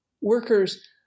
workers